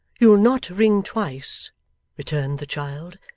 you'll not ring twice returned the child.